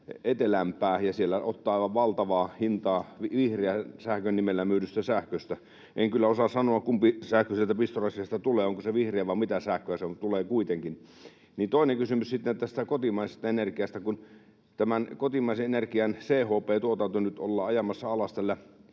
etelämpää ja siellä ottaa aivan valtavaa hintaa vihreän sähkön nimellä myydystä sähköstä? En kyllä osaa sanoa, kumpi sähkö sieltä pistorasiasta tulee, onko se vihreää vai mitä sähköä se on, mutta tulee kuitenkin. Toinen kysymys sitten tästä kotimaisesta energiasta, kun kotimaisen energian CHP-tuotanto nyt ollaan ajamassa alas